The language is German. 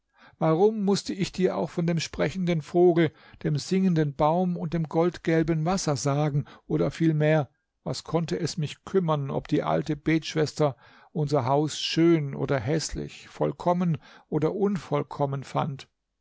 warum mußte ich dir auch von dem sprechenden vogel dem singenden baum und dem goldgelben wasser sagen oder vielmehr was konnte es mich kümmern ob die alte betschwester unser haus schön oder häßlich vollkommen oder unvollkommen fand